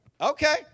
Okay